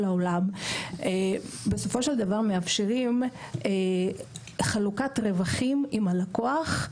העולם בסופו של דבר מאפשרים חלוקת רווחים עם הלקוח,